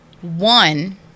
one